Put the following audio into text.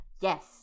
yes